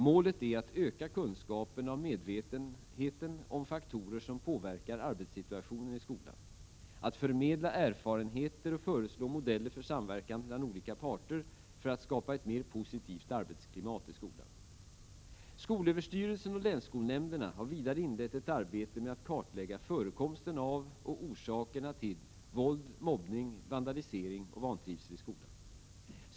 Målet är att öka kunskaperna och medvetenheten om faktorer som påverkar arbetssituationen i skolan, att förmedla erfarenheter och föreslå modeller för samverkan mellan olika parter för att skapa ett mer positivt arbetsklimat i skolan. SÖ och länsskolnämnderna har vidare inlett ett arbete med att kartlägga förekomsten av och orsakerna till våld, mobbning, vandalisering och vantrivsel i skolan.